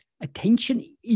attention